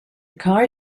car